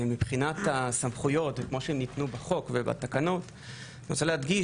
מבחינת הסמכויות כפי שניתנו בחוק ובתקנות אני רוצה להדגיש